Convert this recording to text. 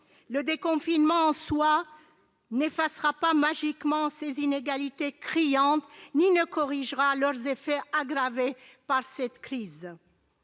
Le déconfinement en soi n'effacera pas magiquement ces inégalités criantes ni ne corrigera leurs effets aggravés par cette crise.